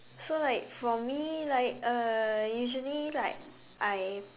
so like for me like uh usually like I